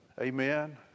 amen